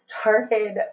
started